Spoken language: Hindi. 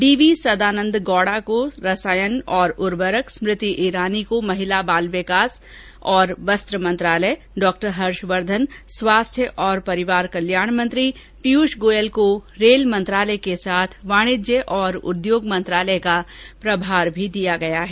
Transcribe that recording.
डी वी सदानंद गौड़ा को रसायन और उवर्रक स्मृति ईरानी को महिला बाल विकास और वस्त्र मंत्रालय डॉ हर्षवर्धन स्वास्थ्य और परिवार कल्याण मंत्री पीयूष गोयल को रेल मंत्रालय के साथ वाणिज्य और उद्योग मंत्रालय का प्रभार भी दिया गया है